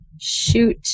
shoot